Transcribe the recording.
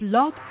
Blog